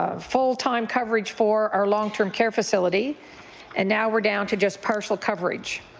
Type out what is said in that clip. ah full-time coverage for our long-term care facility and now we're down to just partial coverage.